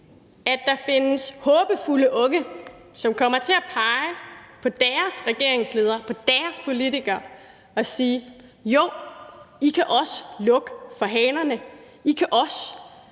at der findes håbefulde unge, som kommer til at pege på deres regeringsledere og på deres politikere og sige: I kan også lukke for hanerne, I kan også